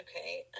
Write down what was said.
Okay